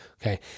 okay